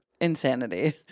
Insanity